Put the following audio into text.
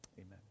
Amen